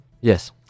Yes